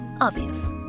Obvious